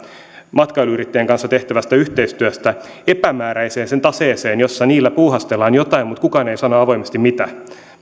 matkailuyrittäjien kanssa tehtävästä yhteistyöstä epämääräiseen taseeseen jossa niillä puuhastellaan jotain mutta kukaan ei sano avoimesti mitä minä uskon että edustaja leppä